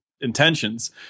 intentions